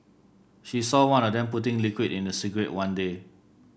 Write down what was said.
she saw one of them putting liquid in a cigarette one day